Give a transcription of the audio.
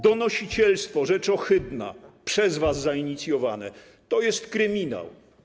Donosicielstwo, rzecz ohydna, przez was zainicjowane to jest kryminał.